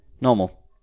normal